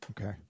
Okay